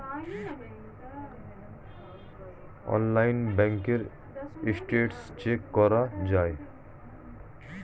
অনলাইনে ব্যাঙ্কের status check করা যায়